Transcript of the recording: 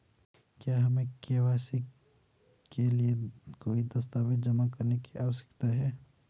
क्या हमें के.वाई.सी के लिए कोई दस्तावेज़ जमा करने की आवश्यकता है?